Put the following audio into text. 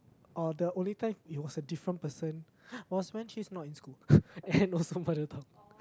or the only time it was a different person was when she is not in school and also mother tongue